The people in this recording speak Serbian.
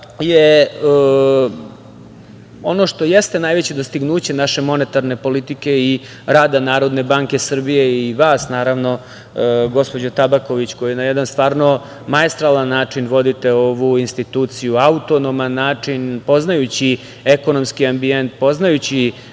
da ono što jeste najveće dostignuće naše monetarne politike i rada Narodne banke Srbije i vas, naravno, gospođo Tabaković, koja na jedan stvarno maestralan način vodite ovu instituciju, autonoman način, poznajući ekonomski ambijent, poznajući